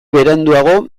beranduago